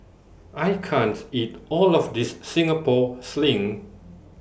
I can't eat All of This Singapore Sling